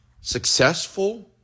successful